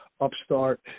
upstart